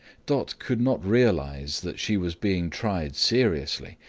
dot could not realize that she was being tried seriously,